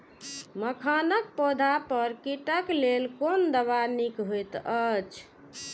मखानक पौधा पर कीटक लेल कोन दवा निक होयत अछि?